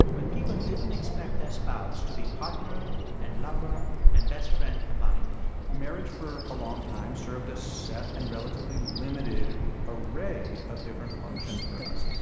where people didn't expect their spouse to be partner and lover and best friend combined marriage, for a long time, served a set and relatively limited array of different functions for us.